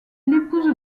l’épouse